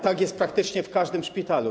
Tak jest praktycznie w każdym szpitalu.